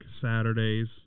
Saturdays